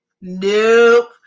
nope